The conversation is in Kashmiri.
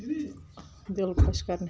دلِ خۄش کَرنہِ